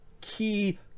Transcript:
key